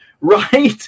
right